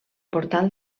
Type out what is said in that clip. portal